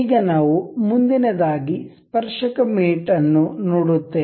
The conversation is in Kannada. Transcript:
ಈಗ ನಾವು ಮುಂದಿನದಾಗಿ ಸ್ಪರ್ಶಕ ಮೇಟ್ ಅನ್ನು ನೋಡುತ್ತೇವೆ